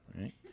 right